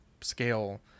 scale